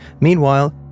Meanwhile